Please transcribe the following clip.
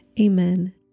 Amen